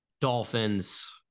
Dolphins